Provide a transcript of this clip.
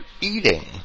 eating